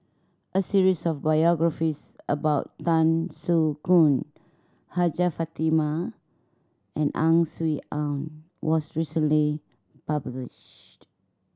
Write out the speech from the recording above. a series of biographies about Tan Soo Khoon Hajjah Fatimah and Ang Swee Aun was recently published